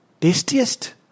tastiest